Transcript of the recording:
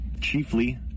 chiefly